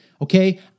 okay